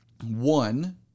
One